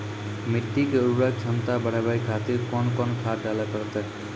मिट्टी के उर्वरक छमता बढबय खातिर कोंन कोंन खाद डाले परतै?